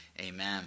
Amen